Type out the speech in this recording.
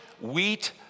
wheat